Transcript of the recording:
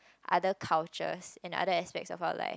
other cultures and other aspect of our life